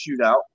shootout